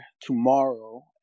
tomorrow